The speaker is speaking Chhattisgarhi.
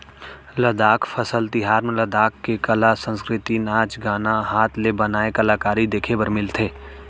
लद्दाख फसल तिहार म लद्दाख के कला, संस्कृति, नाच गाना, हात ले बनाए कलाकारी देखे बर मिलथे